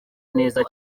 neza